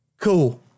cool